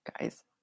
guys